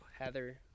Heather